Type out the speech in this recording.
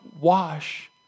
wash